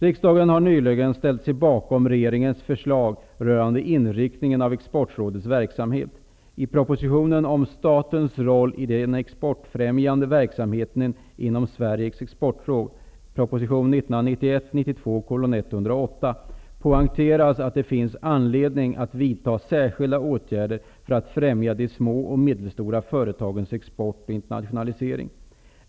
Riksdagen har nyligen ställt sig bakom regeringens förslag rörande inriktningen av Exportrådets verksamhet. I propositionen om statens roll i den exportfrämjande verksamheten inom Sveriges exportråd poängteras att det finns anledning att vidta särskilda åtgärder för att främja de små och medelstora företagens export och internationalisering.